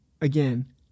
again